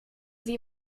sie